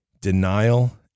denial